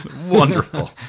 wonderful